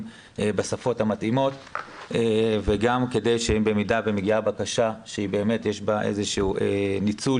בשפות המתאימות וגם כדי שבמידה ומגיעה בקשה שיש בה איזשהו ניצול